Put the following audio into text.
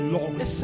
Lord